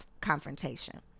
confrontation